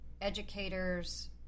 educators